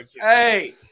hey